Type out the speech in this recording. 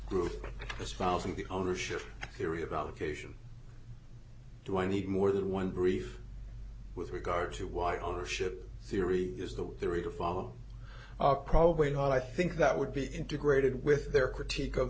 group espousing the ownership theory about occasion do i need more than one brief with regard to why homeownership theory is the theory to follow probably not i think that would be integrated with their critique of